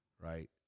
right